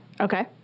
Okay